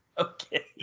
Okay